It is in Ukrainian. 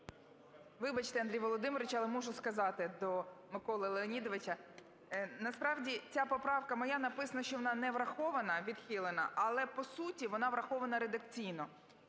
Вибачте, Андрій Володимировичу, але мушу сказати до Миколи Леонідовича. Насправді ця поправка моя, написано, що вона не врахована, відхилена, але по суті вона врахована редакційно.